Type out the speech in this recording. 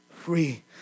free